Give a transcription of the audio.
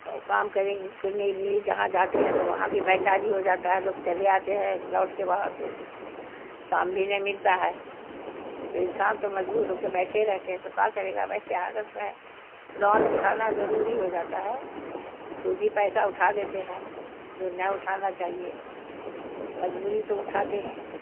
اور کام کریں کرنے لیے جہاں جاتے ہیں تو وہاں بھی بیٹھاری ہو جاتا ہے لوگ چلے آتے ہیں لوٹ کے وہاں سے کام بھی نہیں ملتا ہے تو انسان تو مجبور ہو کے بیٹھے رہتے ہیں تو کا کرے گا ویسے حالت میں ہے لون اٹھانا ضروری ہو جاتا ہے سودی پیسہ اٹھا لیتے ہیں جو نہ اٹھانا چاہیے مجبوری تو اٹھاتے ہیں اب نہیں